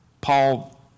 Paul